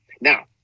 Now